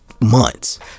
months